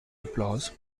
applause